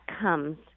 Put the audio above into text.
comes